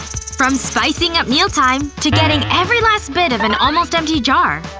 from spicing up mealtime, to getting every last bit of an almost-empty jar,